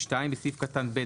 " (2)בסעיף קטן (ב),